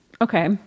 Okay